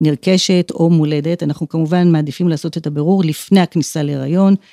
נרכשת או מולדת אנחנו כמובן מעדיפים לעשות את הברור לפני הכניסה להריון